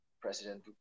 President